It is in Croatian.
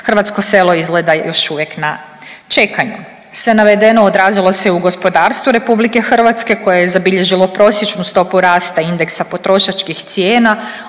hrvatsko selo izgleda još uvijek na čekanju. Sve navedeno odrazilo se i u gospodarstvu Republike Hrvatske koje je zabilježilo prosječnu stopu rasta indeksa potrošačkih cijena